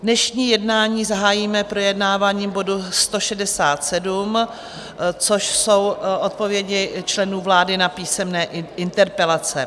Dnešní jednání zahájíme projednáváním bodu 167, což jsou odpovědi členů vlády na písemné interpelace.